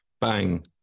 Bang